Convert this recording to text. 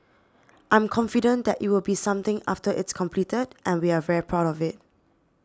I'm confident that it will be something after it's completed and we are very proud of it